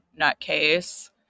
nutcase